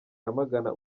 yamagana